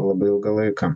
labai ilgą laiką